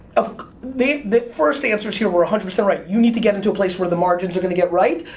ah the the first answers here were one hundred percent right. you need to get into a place where the margins are gonna get right,